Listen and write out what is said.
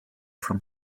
from